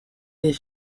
des